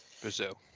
Brazil